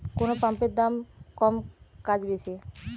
কোন পাম্পের দাম কম কাজ বেশি?